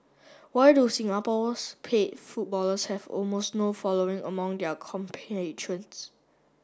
why do Singapore's paid footballers have almost no following among their